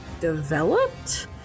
developed